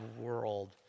world